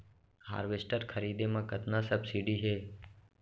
Harvester खरीदे म कतना सब्सिडी हे?